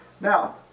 Now